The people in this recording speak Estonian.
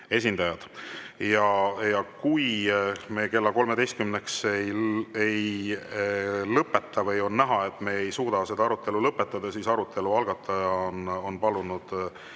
esindajad. Ja kui me kella 13-ks ei lõpeta või on näha, et me ei suuda seda arutelu lõpetada, siis arutelu algataja on palunud